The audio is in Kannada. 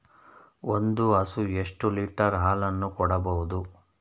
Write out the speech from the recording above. ಒಂದು ಹಸು ಎಷ್ಟು ಲೀಟರ್ ಹಾಲನ್ನು ಕೊಡಬಹುದು?